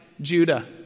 Judah